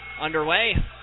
underway